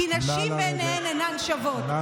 כי נשים בעיניהם אינן שוות.